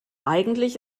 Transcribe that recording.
eigentlich